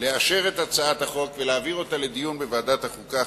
לאשר את הצעת החוק ולהעביר אותה לדיון בוועדת החוקה,